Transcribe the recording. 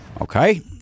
Okay